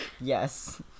Yes